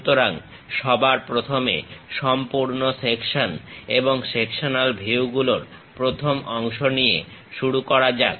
সুতরাং সবার প্রথমে সম্পূর্ণ সেকশন এবং সেকশনাল ভিউগুলোর প্রথম অংশ নিয়ে শুরু করা যাক